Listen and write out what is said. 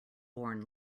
born